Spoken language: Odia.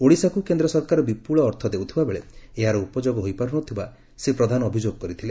ଓଡ଼ିଶାକୁ କେନ୍ଦ୍ର ସରକାର ବିପୁଳ ଅର୍ଥ ଦେଉଥିବାବେଳେ ଏହାର ଉପଯୋଗ ହୋଇପାର୍ନଥିବା ଶ୍ରୀ ପ୍ରଧାନ ଅଭିଯୋଗ କରିଥିଲେ